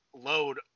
load